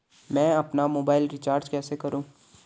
मैं अपना mobile recharge कैसे करूँ?